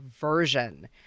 version